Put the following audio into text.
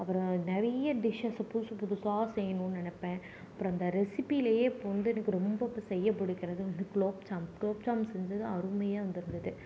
அப்புறோம் நிறைய டிஷ்சஸ் புதுசு புதுசாக செய்யணும்னு நினப்பேன் அப்புறோம் இந்த ரெசிப்பிலேயே இப்போ வந்து எனக்கு ரொம்ப செய்ய பிடிக்குறது வந்து குலோப்ஜாம் குலோப்ஜாம் செஞ்சது அருமையாக வந்திருந்தது